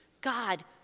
God